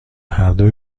هردو